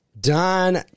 Don